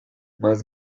más